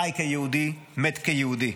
חי כיהודי, מת כיהודי.